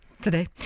Today